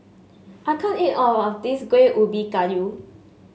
I can't eat all of this Kueh Ubi Kayu